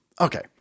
okay